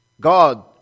God